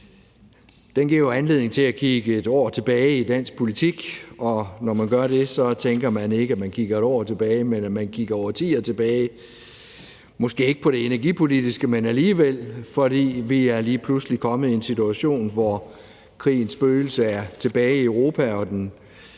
Den giver jo anledning til at kigge et år tilbage i dansk politik, og når man gør det, tænker man ikke, at man kigger et år tilbage, men at man kigger årtier tilbage – måske ikke på det energipolitiske område, men alligevel, fordi vi er kommet i en situation, hvor krigens spøgelse er tilbage i Europa og den